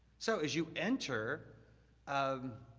so as you enter um